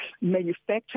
manufacture